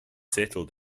settled